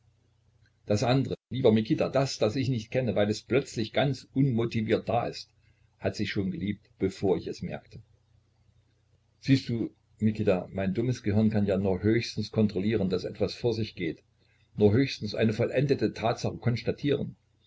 das andre lieber mikita das das ich nicht kenne weil es plötzlich ganz unmotiviert da ist hat sie schon geliebt bevor ich es merkte siehst du mikita mein dummes gehirn kann ja nur höchstens kontrollieren daß etwas vor sich gehe nur höchstens eine vollendete tatsache konstatieren